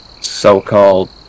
so-called